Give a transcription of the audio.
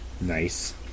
nice